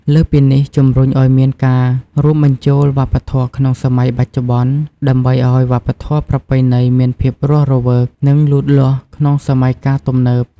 លើសពីនេះ ជំរុញអោយមានការរួមបញ្ចូលវប្បធម៌ក្នុងសម័យបច្ចុប្បន្ន ដើម្បីឲ្យវប្បធម៌ប្រពៃណីមានភាពរស់រវើក និងលូតលាស់ក្នុងសម័យទំនើប។